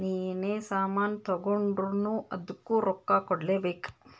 ನೀ ಎನೇ ಸಾಮಾನ್ ತಗೊಂಡುರ್ನೂ ಅದ್ದುಕ್ ರೊಕ್ಕಾ ಕೂಡ್ಲೇ ಬೇಕ್